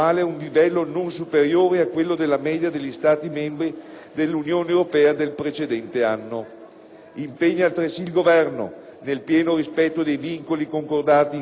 impegna altresì il Governo, nel pieno rispetto dei vincoli concordati in sede comunitaria al fine di garantire il percorso di rientro del rapporto *deficit/*PIL fino al suo completo